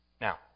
Now